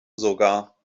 sogar